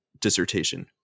dissertation